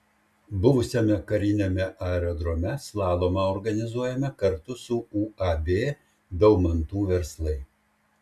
buvusiame kariniame aerodrome slalomą organizuojame kartu su uab daumantų verslai